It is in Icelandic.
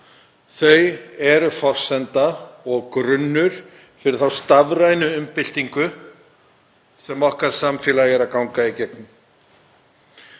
eru forsenda og grunnur fyrir þá stafrænu umbyltingu sem samfélag okkar er að ganga í gegnum.